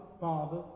Father